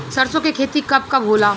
सरसों के खेती कब कब होला?